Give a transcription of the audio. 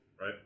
right